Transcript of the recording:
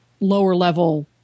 lower-level